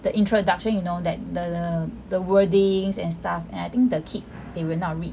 the introduction you know that the the wordings and stuff and I think the kids they will not read